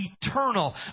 eternal